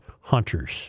hunters